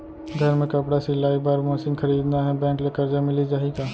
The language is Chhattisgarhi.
घर मे कपड़ा सिलाई बार मशीन खरीदना हे बैंक ले करजा मिलिस जाही का?